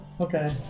Okay